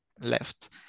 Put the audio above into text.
left